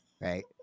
right